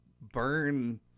burn